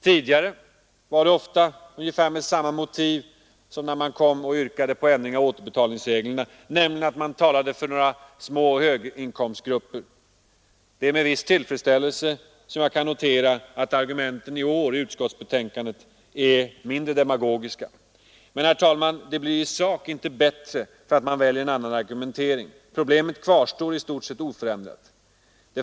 Tidigare var argumentet ofta detsamma som när vi yrkade på ändring av återbetalningsreglerna, nämligen att vi talade för några små höginkomstgrupper. Det är med viss tillfredsställelse som jag kan notera att argumenten i årets utskottsbetänkande är mindre demagogiska. Men, herr talman, det blir i sak inte bättre för att man väljer en annan argumentering. Problemet kvarstår i stort sett oförändrat.